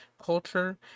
culture